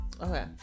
Okay